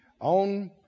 on